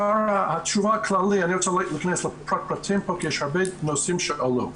אחרי התשובה הכללית אני רוצה להכנס לפרטים כי יש הרבה נושאים שעלו.